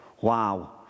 wow